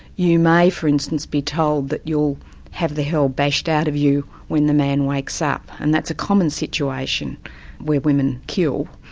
you may, for instance be told that you'll have the hell bashed out of you when the man wakes up, and that's a common situation where women kill.